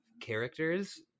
characters